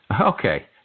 Okay